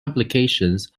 publications